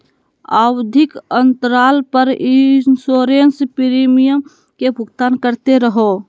आवधिक अंतराल पर इंसोरेंस प्रीमियम के भुगतान करते रहो